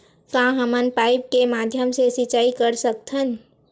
का हमन पाइप के माध्यम से सिंचाई कर सकथन?